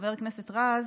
חבר הכנסת רז,